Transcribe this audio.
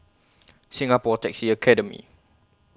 Singapore Taxi Academy